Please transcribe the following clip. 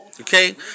Okay